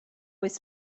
with